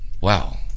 Wow